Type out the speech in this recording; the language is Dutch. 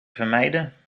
vermijden